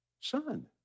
son